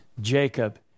Jacob